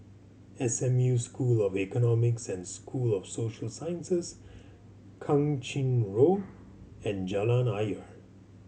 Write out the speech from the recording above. S M U School of Economics and School of Social Sciences Kang Ching Road and Jalan Ayer